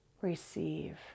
receive